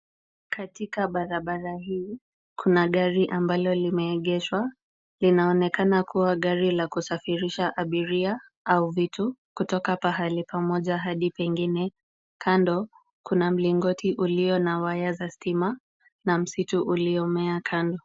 Katika barabara hii kuna gari ambalo limeegeshwa. Linaonekana kuwa gari la kusafirisha abiria au vitu kutoka pahali pamoja hadi pengine. Kando kuna mlingoti ulio na waya za stima na msitu uliomea kando.